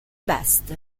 best